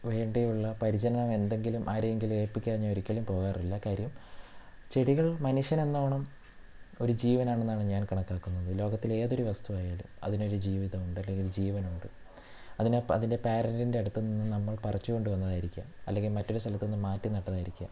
വേണ്ടിയുള്ള പരിചരണം എന്തെങ്കിലും ആരെയെങ്കിലും ഏൽപ്പിക്കാതെ ഞാൻ ഒരിക്കലും പോകാറില്ല കാര്യം ചെടികൾ മനുഷ്യനെന്നോണം ഒരു ജീവനാണെന്നാണ് ഞാൻ കണക്കാക്കുന്നത് ലോകത്തിലേതൊരു വസ്തുവായാലും അതിനൊരു ജീവിതമുണ്ട് അല്ലെങ്കിൽ ജീവനുണ്ട് അതിനെ അതിൻ്റെ പാരൻറ്റിൻ്റെ അടുത്ത് നിന്നും നമ്മൾ പറിച്ചു കൊണ്ട് വന്നതായിരിക്കാം അല്ലെങ്കിൽ മറ്റൊരു സ്ഥലത്ത് നിന്ന് മാറ്റി നട്ടതായിരിക്കാം